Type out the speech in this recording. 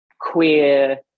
queer